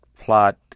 plot